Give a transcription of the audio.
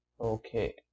Okay